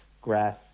grass